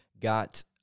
got